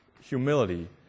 humility